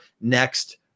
next